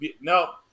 No